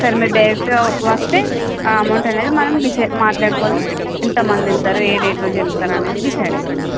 ఒకసారి మీరు డైరెక్ట్గా వస్తే ఆ అమౌంట్ అనేది మనం డిసైడ్ మాట్లాడుకుని ఎంత మంది వెళతారు ఏ డేట్ రోజు వెళతారు అనేది డిసైడ్ అయిపోదం